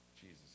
jesus